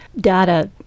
data